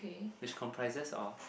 which comprises of